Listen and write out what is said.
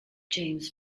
james